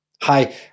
Hi